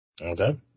Okay